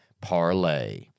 parlay